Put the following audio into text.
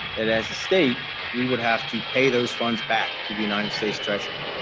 that as a state, we would have to pay those funds back to the united states treasury.